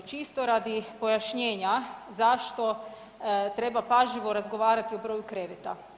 Čisto radi pojašnjenja zašto treba pažljivo razgovarati o broju kreveta.